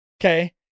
Okay